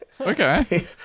okay